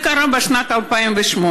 זה קרה בשנת 2008,